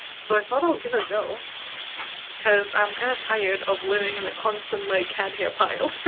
so i thought i'll give it a go because i'm kind of tired of living in a constant, like, cat hair pile.